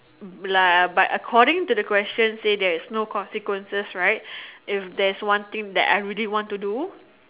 blah but according to the question say there's no consequences right if there's one thing that I really want to do